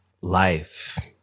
Life